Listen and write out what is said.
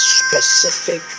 specific